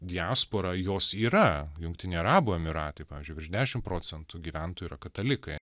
diaspora jos yra jungtiniai arabų emyratai pavyzdžiui virš dešimt procentų gyventojų yra katalikai